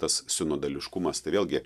tas sinudališkumas tai vėlgi